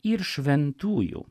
ir šventųjų